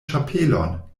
ĉapelon